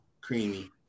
creamy